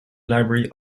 library